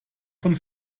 von